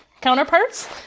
counterparts